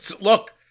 Look